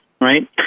right